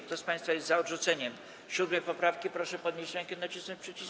Kto z państwa jest za odrzuceniem 7. poprawki, proszę podnieść rękę i nacisnąć przycisk.